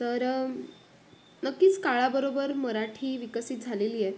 तर नक्कीच काळाबरोबर मराठी विकसित झालेली आहे